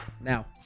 now